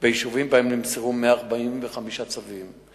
ביישובים ונמסרו בהם 145 צווים.